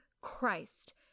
Christ